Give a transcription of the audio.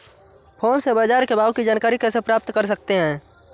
Phone से बाजार के भाव की जानकारी कैसे प्राप्त कर सकते हैं?